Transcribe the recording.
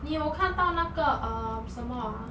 你有看到那个 um 什么 ah